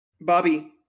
bobby